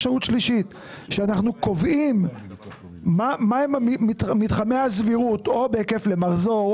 שאנחנו קובעים מה הם מתחמי הסבירות או בהיקף למחזור,